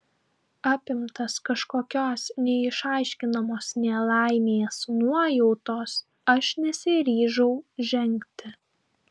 apimtas kažkokios neišaiškinamos nelaimės nuojautos aš nesiryžau žengti